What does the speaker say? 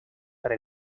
para